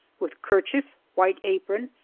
with kerchief, white apron,